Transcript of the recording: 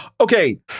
Okay